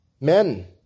Men